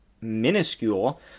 minuscule